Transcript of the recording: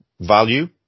value